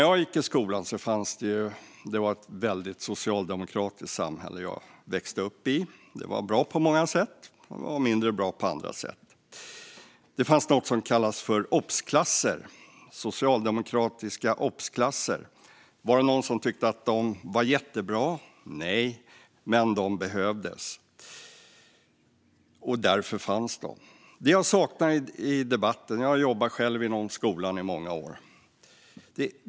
Jag växte upp i ett väldigt socialdemokratiskt samhälle. Det var bra på många sätt och mindre bra på en del sätt. När jag gick i skolan fanns det något som kallades för obsklasser, socialdemokratiska obsklasser. Var det någon som tyckte att de var jättebra? Nej, men de behövdes. Därför fanns de. Jag saknar något i debatten. Jag har själv jobbat inom skolan i många år.